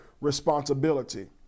responsibility